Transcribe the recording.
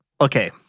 Okay